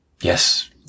Yes